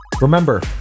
remember